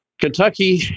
Kentucky